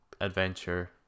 adventure